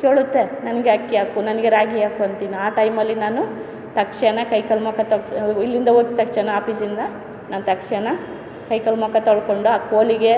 ಕೇಳುತ್ತೆ ನನಗೆ ಅಕ್ಕಿ ಹಾಕು ನನಗೆ ರಾಗಿ ಹಾಕು ಅಂತೀನಾ ಆ ಟೈಮಲ್ಲಿ ನಾನು ತಕ್ಷಣ ಕೈ ಕಾಲು ಮುಖ ತೊಳ್ದ ಇಲ್ಲಿಂದ ಹೋದ ತಕ್ಷಣ ಆಪೀಸಿಂದ ನಾನು ತಕ್ಷಣ ಕೈ ಕಾಲು ಮುಖ ತೊಳ್ಕೊಂಡು ಆ ಕೋಲಿಗೆ